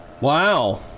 Wow